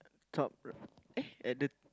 top eh at the